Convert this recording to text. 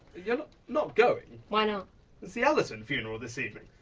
you're not going. why not? it's the allerton funeral this evening,